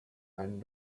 and